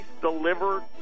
delivered